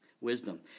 wisdom